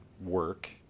work